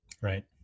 right